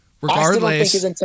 regardless